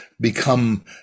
become